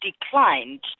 declined